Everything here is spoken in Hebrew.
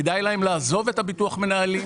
כדאי להם לעזוב את הביטוח מנהלים,